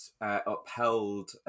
upheld